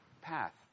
path